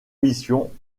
mission